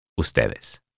Ustedes